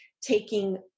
taking